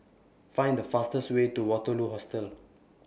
Find The fastest Way to Waterloo Hostel